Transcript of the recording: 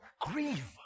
Grieve